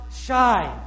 shine